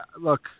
look